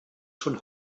schon